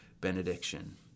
benediction